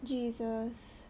jesus